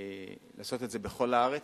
לעשות את זה בכל הארץ,